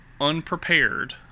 unprepared